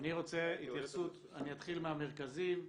אני רוצה התייחסות, אני אתחיל מהמרכזים,